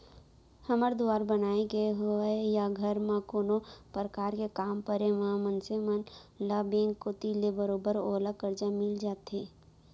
घर दुवार बनाय के होवय या घर म कोनो परकार के काम परे म मनसे मन ल बेंक कोती ले बरोबर ओला करजा मिल जाथे